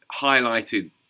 highlighted